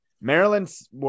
Maryland's